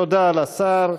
תודה לשר.